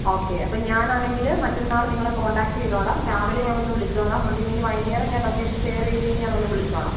okay അപ്പം ഞാൻ ആണെങ്കിൽ മറ്റന്നാൾ നിങ്ങളെ കോണ്ടാക്റ്റ് ചെയ്തോളാം രാവിലെ ഞാനൊന്ന് വിളിച്ചോളാം അത് കഴിഞ്ഞ് വൈകുന്നേരം ഞാൻ ലൊക്കേഷൻ ഷെയർ ചെയ്ത് കഴിഞ്ഞ് ഞാനൊന്ന് വിളിച്ചോളാം